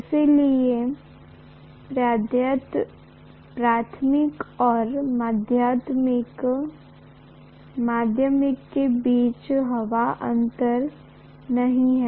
इसलिए प्राथमिक और माध्यमिक के बीच कोई हवाई अंतर नहीं है